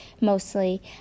mostly